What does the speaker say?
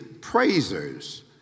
praisers